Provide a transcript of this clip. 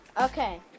okay